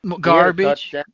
Garbage